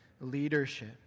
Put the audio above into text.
leadership